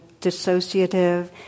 dissociative